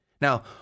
Now